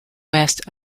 west